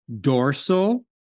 dorsal